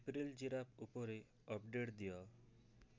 April giraffe ଉପରେ update ଦିଅ